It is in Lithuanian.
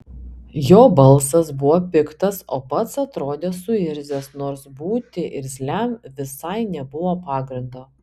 jo balsas buvo piktas o pats atrodė suirzęs nors būti irzliam visai nebuvo pagrindo